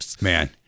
Man